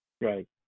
Right